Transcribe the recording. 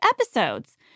episodes